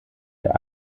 der